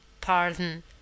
Pardon